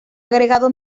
agregado